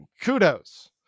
kudos